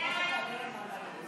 המלצת הוועדה המשותפת של